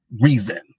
reason